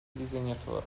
disegnatore